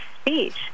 speech